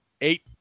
eight